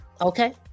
okay